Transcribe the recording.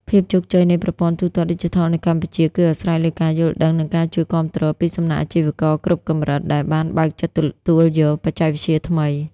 ភាពជោគជ័យនៃប្រព័ន្ធទូទាត់ឌីជីថលនៅកម្ពុជា ក៏អាស្រ័យលើការយល់ដឹង និងការជួយគាំទ្រពីសំណាក់អាជីវករគ្រប់កម្រិត ដែលបានបើកចិត្តទទួលយកបច្ចេកវិទ្យាថ្មី។